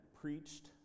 preached